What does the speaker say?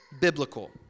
biblical